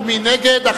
מי נגד?